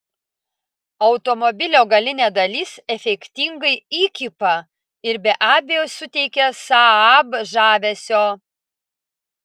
automobilio galinė dalis efektingai įkypa ir be abejo suteikia saab žavesio